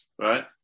right